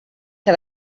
que